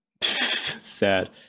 Sad